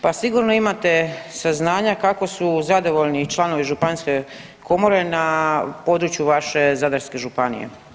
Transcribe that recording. Pa sigurno imate saznanja kako su zadovoljni i članovi županijske komore na području vaše Zadarske županije?